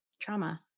Trauma